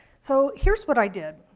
so here's what i did.